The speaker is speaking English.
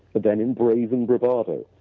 then in brazen bravado.